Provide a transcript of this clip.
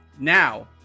now